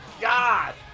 God